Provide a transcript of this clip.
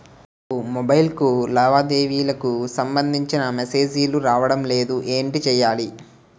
నాకు మొబైల్ కు లావాదేవీలకు సంబందించిన మేసేజిలు రావడం లేదు ఏంటి చేయాలి?